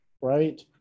right